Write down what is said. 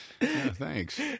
Thanks